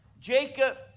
Jacob